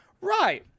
right